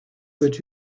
that